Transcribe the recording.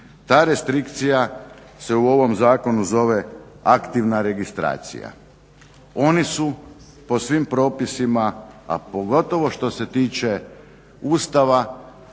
Ta restrikcija se u ovom zakonu zove aktivna registracija. Oni su po svim propisima a pogotovo što se tiče ustava